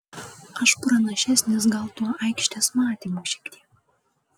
aš pranašesnis gal tuo aikštės matymu šiek tiek